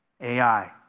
Ai